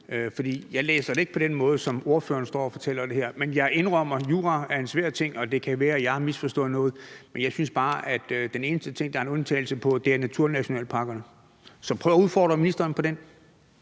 jeg læser det ikke på den måde, som ordføreren står og fortæller om det her. Men jeg indrømmer, at jura er en svær ting, og det kan være, at jeg har misforstået noget. Men jeg synes bare, at den eneste ting, der er en undtagelse på, er naturnationalparkerne. Så prøv at udfordre ministeren på det.